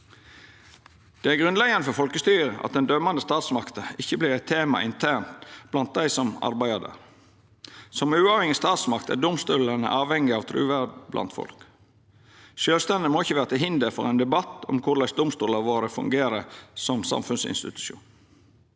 Det er grunnleggjande for folkestyret at den dømmande statsmakta ikkje vert eit tema internt blant dei som arbeider der. Som uavhengig statsmakt er domstolane avhengige av truverd blant folk. Sjølvstendet må ikkje vera til hinder for ein debatt om korleis domstolane våre fungere som samfunnsinstitusjon.